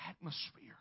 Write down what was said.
atmosphere